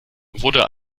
wurde